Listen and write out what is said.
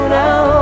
now